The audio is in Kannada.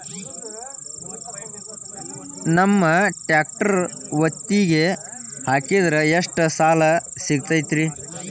ನಮ್ಮ ಟ್ರ್ಯಾಕ್ಟರ್ ಒತ್ತಿಗೆ ಹಾಕಿದ್ರ ಎಷ್ಟ ಸಾಲ ಸಿಗತೈತ್ರಿ?